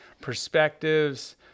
perspectives